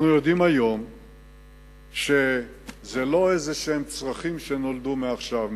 אנחנו יודעים היום שזה לא איזה צרכים שנולדו מעכשיו.